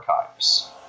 Archives